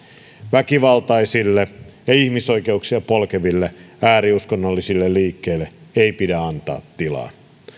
väkivaltaisille ja ja ihmisoikeuksia polkeville ääriuskonnollisille liikkeille ei pidä antaa tilaa